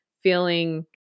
feeling